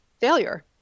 failure